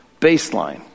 baseline